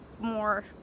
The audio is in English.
more